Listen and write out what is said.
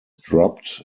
dropped